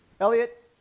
Elliot